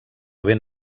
ben